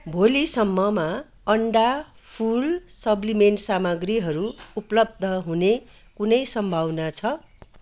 भोलिसम्ममा अन्डा फुल सप्लिमेन्ट सामाग्रीहरू उपलब्ध हुने कुनै सम्भावना छ